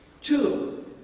Two